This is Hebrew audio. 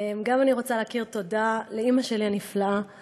גם אני רוצה להכיר תודה לאימא שלי הנפלאה,